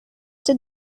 did